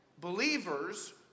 believers